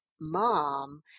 mom